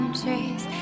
trees